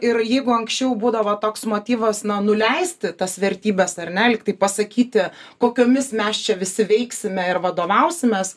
ir jeigu anksčiau būdavo toks motyvas nuleisti tas vertybes ar ne lygtai pasakyti kokiomis mes čia visi veiksime ir vadovausimės